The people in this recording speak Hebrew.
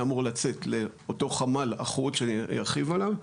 היה אמור לצאת לאותו חמ"ל אחוד שאני ארחיב עליו.